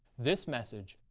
this message,